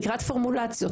לקראת פורמולציות,